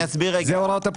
זה הוראות הפקודה.